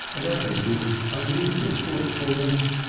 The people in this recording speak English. and added with unusual thoughtfulness,